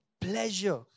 pleasure